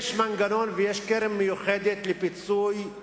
יש מנגנון ויש קרן מיוחדת לפיצוי על